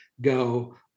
go